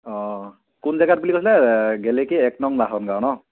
অঁ কোন জেগাত বুলি কৈছিলে গেলেকী এক নং লাহন গাঁও ন